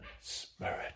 Spirit